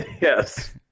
Yes